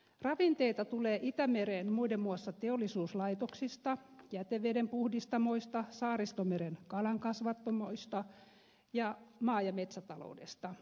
ravinteita tulee itämereen muun muassa teollisuuslaitoksista jätevedenpuhdistamoista saaristomeren kalankasvattamoista sekä maa ja metsätaloudesta